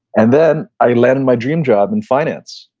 and then i landed my dream job in finance.